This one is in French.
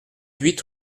huit